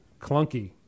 clunky